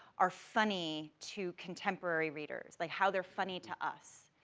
are funny to contemporary readers, like how they're funny to us,